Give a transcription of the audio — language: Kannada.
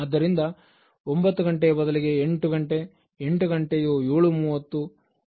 ಆದ್ದರಿಂದ 900 ಬದಲಿಗೆ 800 800 ಗಂಟೆ ಯು 730